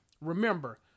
Remember